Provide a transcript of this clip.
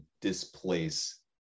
displace